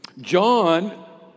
John